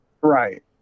right